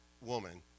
woman